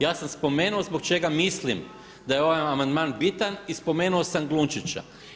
Ja sam spomenuo zbog čega mislim da je ovaj amandman bitan i spomenuo sam Glunčića.